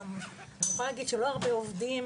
אני יכולה להגיד שלא הרבה עובדים,